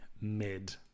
mid